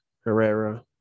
Herrera